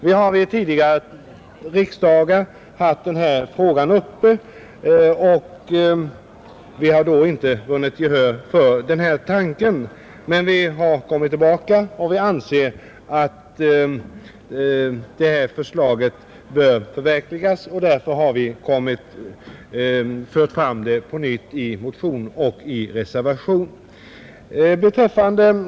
Vi har haft denna fråga uppe vid tidigare riksdagar men då inte vunnit gehör för denna tanke. Eftersom vi anser att vårt förslag bör förverkligas har vi kommit tillbaka i år och fört fram förslaget på nytt i en motion och en reservation.